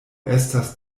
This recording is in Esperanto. estas